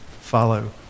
follow